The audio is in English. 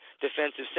defensive